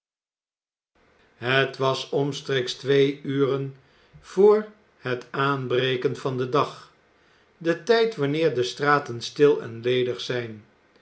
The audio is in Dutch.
het was omstreeks twee uren voor het aanbreken van den dag de tijd wanneer de straten stil en ledig zijn